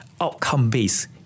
outcome-based